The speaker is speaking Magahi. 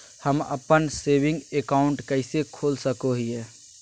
हम अप्पन सेविंग अकाउंट कइसे खोल सको हियै?